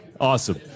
Awesome